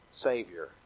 savior